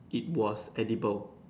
it was edible